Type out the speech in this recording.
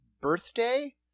birthday